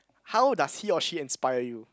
how does he or she inspire you